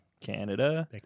Canada